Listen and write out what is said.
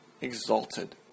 exalted